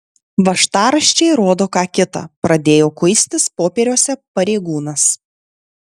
važtaraščiai rodo ką kita pradėjo kuistis popieriuose pareigūnas